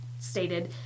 Stated